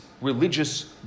religious